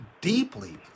deeply